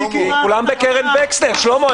כולם בקרן וקסנר, שלמה.